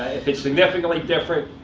if it's significantly different,